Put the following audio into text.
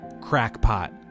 crackpot